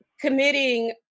committing